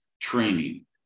training